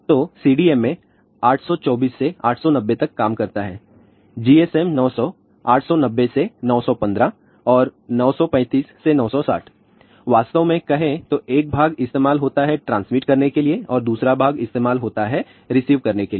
तो CDMA 824 से 890 तक काम करता है GSM900 890 से 915 और 935 से 960 वास्तव में कहें तो एक भाग इस्तेमाल होता है ट्रांसमीट करने के लिए और दूसरा भाग इस्तेमाल होता है रिसीव करने के लिए